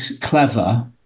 clever